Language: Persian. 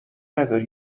نداری